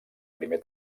primer